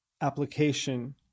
application